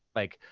like,